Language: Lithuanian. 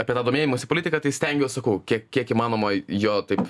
apie tą domėjimąsi politika tai stengiuos sakau kiek kiek įmanoma jo taip